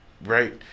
right